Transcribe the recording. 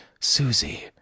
Susie